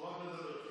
אתם רוצים לדבר?